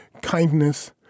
kindness